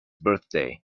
birthday